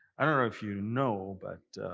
i don't know if you know, but